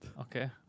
Okay